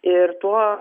ir tuo